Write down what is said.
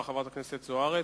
חברת הכנסת זוארץ.